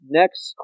next